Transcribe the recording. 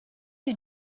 you